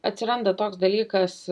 atsiranda toks dalykas